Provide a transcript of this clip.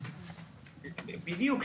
בדיוק.